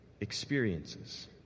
experiences